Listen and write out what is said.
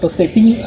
setting